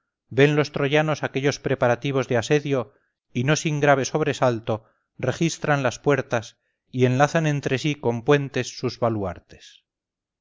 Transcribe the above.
ven los troyanos aquellos preparativos de asedio y no sin grave sobresalto registran las puertas y enlazan entre sí con puentes sus baluartes